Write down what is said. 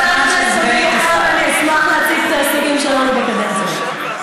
אני אשמח אם תיתני לי להשלים את ההישגים המדיניים האדירים של המשרד.